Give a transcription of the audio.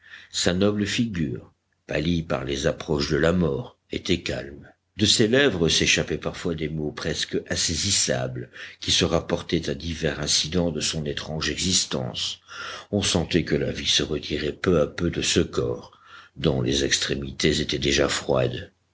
sa noble figure pâlie par les approches de la mort était calme de ses lèvres s'échappaient parfois des mots presque insaisissables qui se rapportaient à divers incidents de son étrange existence on sentait que la vie se retirait peu à peu de ce corps dont les extrémités étaient déjà froides